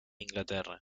inglaterra